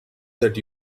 that